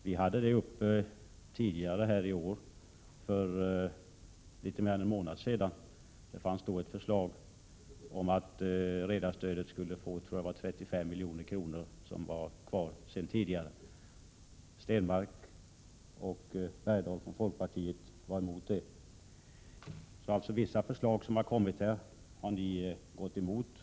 Vi hade frågan uppe tidigare i år, för litet mer än en månad sedan. Det förelåg ett förslag om ett redarstöd på jag tror det var 35 milj.kr., som fanns kvar sedan tidigare. Per Stenmarck och Hugo Bergdahl från folkpartiet var emot detta. Ni har alltså gått emot vissa förslag.